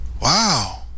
Wow